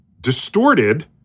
distorted